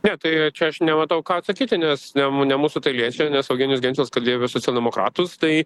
ne tai čia aš nematau ką atsakyti nes ne ne mūsų tai liečia nes eugenijus gentvilas kalbėjo apie socialdemokratus tai